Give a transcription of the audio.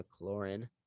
mclaurin